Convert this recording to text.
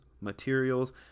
materials